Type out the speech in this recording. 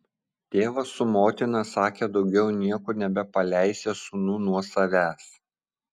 tėvas su motina sakė daugiau niekur nebepaleisią sūnų nuo savęs